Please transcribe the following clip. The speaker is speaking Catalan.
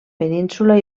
península